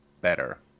better